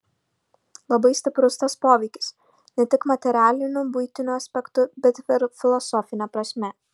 labai stiprus tas poveikis ne tik materialiniu buitiniu aspektu bet ir filosofine prasme